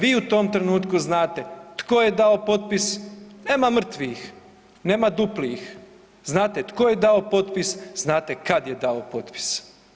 Vi u tom trenutku znate tko je dao potpis, nema mrtvih, nema duplih, znate tko je dao potpis, znate kad je dao potpis.